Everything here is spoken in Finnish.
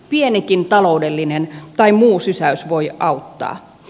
pienikin taloudellinen tai muu sysäys voi auttaa